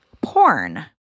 porn